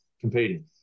competing